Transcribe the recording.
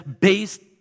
based